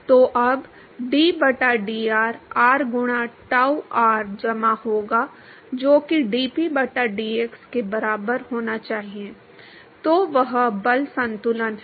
तो अब d बटा dr r गुणा tau r जमा होगा जो कि dp बटा dx के बराबर होना चाहिए तो वह बल संतुलन है